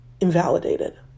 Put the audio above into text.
invalidated